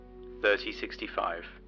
3065